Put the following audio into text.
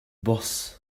boss